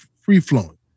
free-flowing